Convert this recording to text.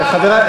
כמה?